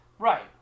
Right